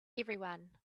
everyone